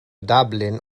dublin